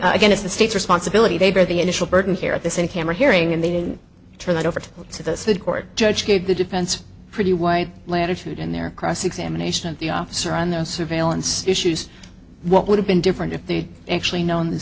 again it's the state's responsibility they bear the additional burden here at this in camera hearing and they didn't turn it over to the court judge did the defense pretty white latitude in their cross examination of the officer on those surveillance issues what would have been different if they actually known th